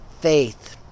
faith